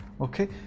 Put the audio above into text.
okay